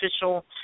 official